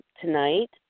tonight